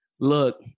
Look